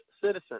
citizen